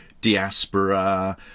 diaspora